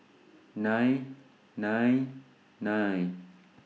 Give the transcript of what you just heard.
nine nine nine